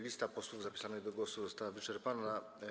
Lista posłów zapisanych do głosu została wyczerpana.